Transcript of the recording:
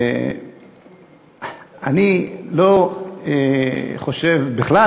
אני לא חושב בכלל,